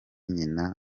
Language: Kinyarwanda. nyina